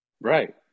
right